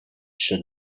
should